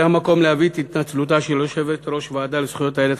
זה המקום להביא את התנצלותה של יושבת-ראש הוועדה לזכויות הילד,